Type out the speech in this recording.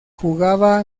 jugaba